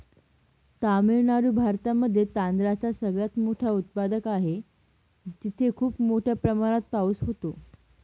तामिळनाडू भारतामध्ये तांदळाचा सगळ्यात मोठा उत्पादक आहे, तिथे खूप मोठ्या प्रमाणात पाऊस होतो